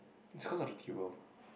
it's cause of the table